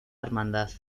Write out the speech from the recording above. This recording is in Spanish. hermandad